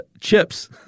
chips